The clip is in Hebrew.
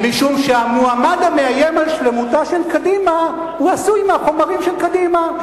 משום שהמועמד המאיים על שלמותה של קדימה עשוי מהחומרים של קדימה.